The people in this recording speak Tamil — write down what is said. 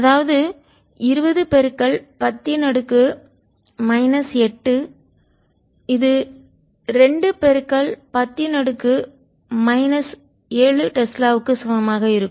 அதாவது 2010 8 இது 2 10 மைனஸ் 7 டெஸ்லாவுக்கு சமம் ஆக இருக்கும்